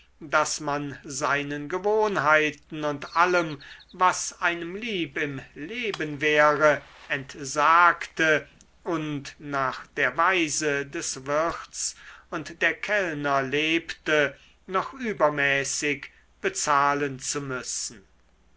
daß man seinen gewohnheiten und allem was einem lieb im leben wäre entsagte und nach der weise des wirts und der kellner lebte noch übermäßig bezahlen zu müssen